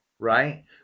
right